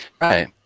Right